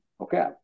okay